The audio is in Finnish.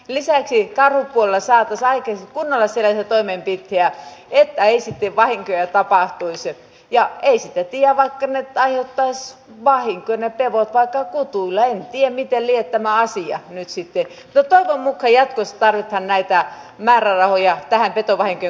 lisäksi taru ole saatu saikin punaiseen toimeen pitkiä etäisempi vain työ tapahtuisi ja eristettiin ja aiheuttaisi vahinkoja ei voi paeta kutuilleen ja vimpeliä tämä asia nyt siipi jota muka jatkossa tarvitaan näitä määrärahoja tähän petovahinkojen